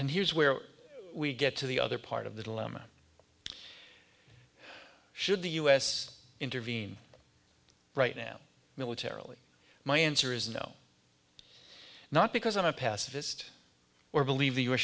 and here's where we get to the other part of the dilemma should the u s intervene right now militarily my answer is no not because i'm a pacifist or believe the u